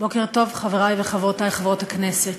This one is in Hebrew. בוקר טוב, חברי וחברותי חברות הכנסת.